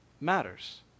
matters